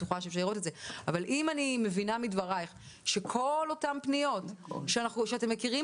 אבל אם אני מבינה מדברייך שכל אותן פניות שאתם מכירים